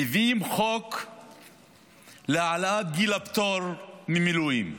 מביאים חוק להעלאת גיל הפטור ממילואים.